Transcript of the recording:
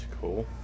cool